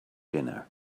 dinner